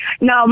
No